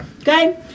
Okay